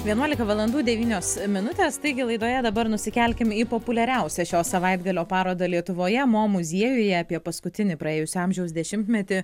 vienuolika valandų devynios minutės taigi laidoje dabar nusikelkim į populiariausią šio savaitgalio parodą lietuvoje mo muziejuje apie paskutinį praėjusio amžiaus dešimtmetį